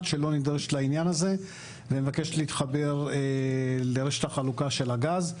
שלא נדרשת לעניין הזה ומבקשת להתחבר לרשת החלוקה של הגז.